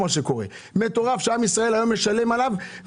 שעם ישראל היום משלם עליו.